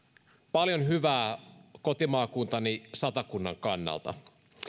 paljon hyvää kotimaakuntani satakunnan kannalta